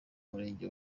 murenge